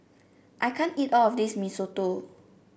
I can't eat all of this Mee Soto